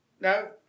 No